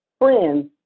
friends